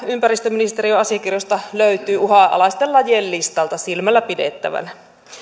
ympäristöministeriön asiakirjoista löytyy uhanalaisten lajien listalta silmällä pidettävänä